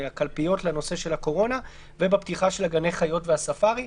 הקלפיות לנושא של הקורונה ובפתיחה של גני החיות והספארי.